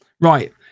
right